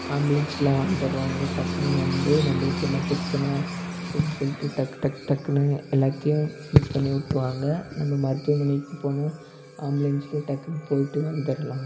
ஆம்புலன்ஸில் வந்துருவாங்க டக்குன்னு வந்து நம்பளுக்கு என்ன பிரச்சனை அப்படின்னு சொல்லிவிட்டு டக் டக் டக்குன்னு எல்லாத்தையும் ஃபினிஷ் பண்ணி விட்ருவாங்க நம்ப மருத்துவமனைக்கு போனா ஆம்புலன்ஸ்லையே டக்குன்னு போயிவிட்டு வந்துரலாம்